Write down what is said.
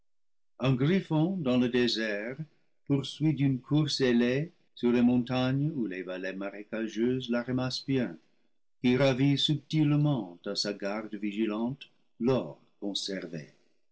un griffon dans le désert poursuit d'une course ailée sur les montagnes ou les vallées marécageuses l'arimaspien qui ravit subtilement à sa garde vigilante l'or